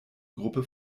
gruppe